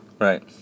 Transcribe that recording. Right